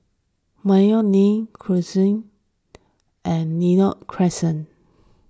Mayo Inn Crescent and Lentor Crescent